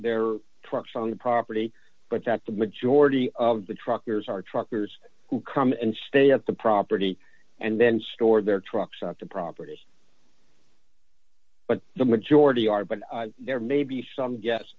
their trucks on the property but that the majority of the truckers are truckers who come and stay at the property and then store their trucks out to properties but the majority are but there may be some yes